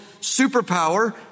superpower